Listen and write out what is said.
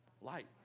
light